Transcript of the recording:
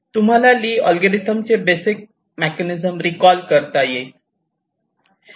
तुम्हाला Lee algorithm चे basic mechanism recall करता येईल